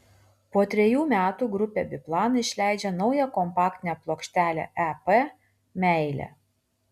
po trejų metų grupė biplan išleidžia naują kompaktinę plokštelę ep meilė